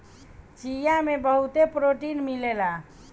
चिया में बहुते प्रोटीन मिलेला